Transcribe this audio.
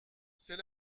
c’est